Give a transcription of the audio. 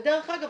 ודרך אגב,